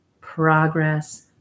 progress